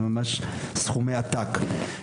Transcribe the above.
ממש סכומי עתק.